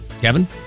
Kevin